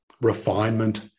refinement